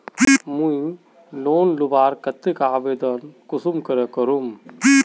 मुई लोन लुबार केते आवेदन कुंसम करे करूम?